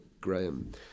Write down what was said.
Graham